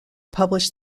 published